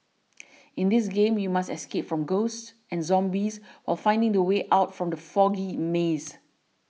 in this game you must escape from ghosts and zombies while finding the way out from the foggy maze